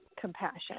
compassion